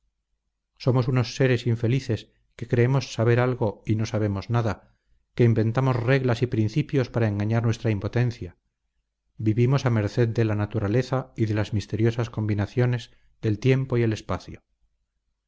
somos unos seres infelices que creemos saber algo y no sabemos nada que inventamos reglas y principios para engañar nuestra impotencia vivimos a merced de la naturaleza y de las misteriosas combinaciones del tiempo y el espacio